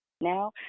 Now